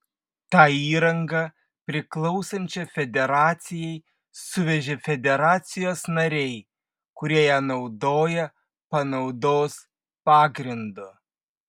tą įrangą priklausančią federacijai suvežė federacijos nariai kurie ją naudoja panaudos pagrindu